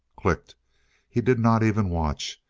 clicked he did not even watch,